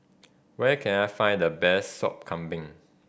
where can I find the best Sop Kambing